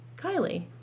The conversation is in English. Kylie